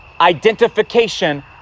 identification